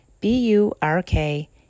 B-U-R-K